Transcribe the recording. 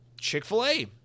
Chick-fil-A